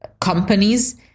companies